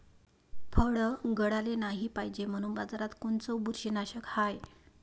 फळं गळाले नाही पायजे म्हनून बाजारात कोनचं बुरशीनाशक हाय?